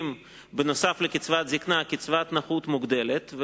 נוסף על קצבת זיקנה קצבת נכות מוגדלת,